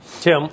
Tim